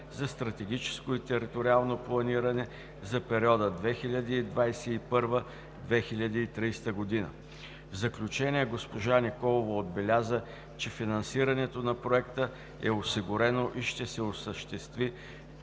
за стратегическо и териториално планиране за периода 2021 – 2030 г. В заключение госпожа Николова отбеляза, че финансирането на Проекта е осигурено и ще се осъществи